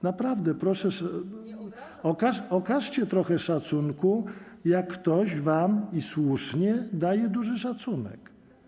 Naprawdę proszę okażcie trochę szacunku, jak ktoś wam, i słusznie, okazuje duży szacunek.